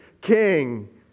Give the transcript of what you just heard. King